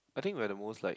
I think like the most like